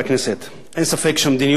אין ספק שהמדיניות של הממשלה,